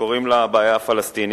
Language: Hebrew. שקוראים לה "הבעיה הפלסטינית",